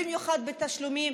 במיוחד בתשלומים.